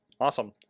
awesome